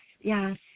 yes